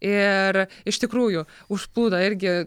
ir iš tikrųjų užplūdo irgi